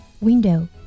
Window